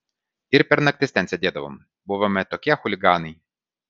ir per naktis ten sėdėdavome buvome tokie chuliganai